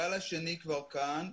הגל השני כבר כאן,